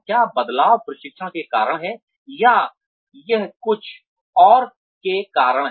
क्या बदलाव प्रशिक्षण के कारण है या यह कुछ और के कारण है